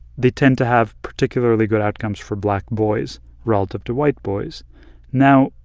they tend to have particularly good outcomes for black boys relative to white boys now,